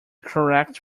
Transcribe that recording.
correct